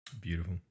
Beautiful